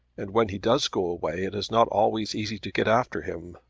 and when he does go away it is not always easy to get after him.